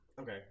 Okay